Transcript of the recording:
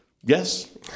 yes